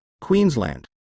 Queensland